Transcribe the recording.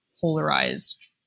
polarized